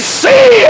see